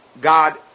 God